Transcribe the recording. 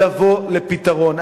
לבוא לפתרון.